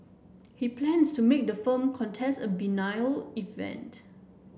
he plans to make the film contest a biennial event